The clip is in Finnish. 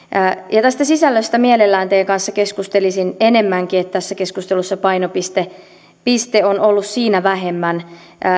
tästä sisällöstä mielelläni teidän kanssa keskustelisin enemmänkin tässä keskustelussa painopiste on ollut siinä vähemmän